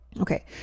Okay